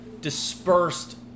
dispersed